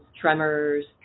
tremors